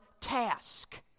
task